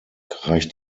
reicht